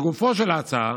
לגופה של ההצעה